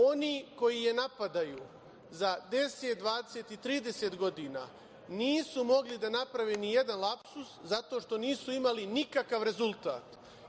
Oni koji je napadaju, za 10, 20, 30 godina nisu mogli da naprave nikakav lapsus zato što nisu imali nikakav rezultat.